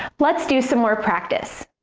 let's do some more practice.